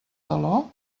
taló